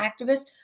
activists